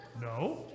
No